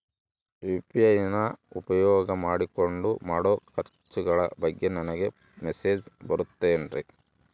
UPI ನ ಉಪಯೋಗ ಮಾಡಿಕೊಂಡು ಮಾಡೋ ಖರ್ಚುಗಳ ಬಗ್ಗೆ ನನಗೆ ಮೆಸೇಜ್ ಬರುತ್ತಾವೇನ್ರಿ?